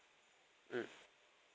mm